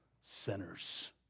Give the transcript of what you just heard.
sinners